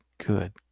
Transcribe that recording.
Good